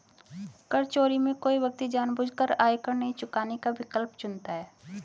कर चोरी में कोई व्यक्ति जानबूझकर आयकर नहीं चुकाने का विकल्प चुनता है